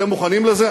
אתם מוכנים לזה?